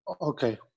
okay